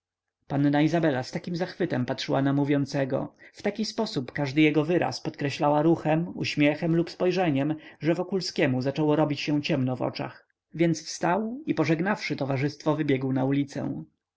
panna izabela z takim zachwytem patrzyła na mówiącego w taki sposób każdy jego wyraz podkreślała ruchem uśmiechem lub spojrzeniem że wokulskiemu zaczęło robić się ciemno w oczach więc wstał i pożegnawszy towarzystwo wybiegł na ulicę